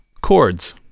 chords